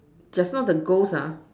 just now the ghost ah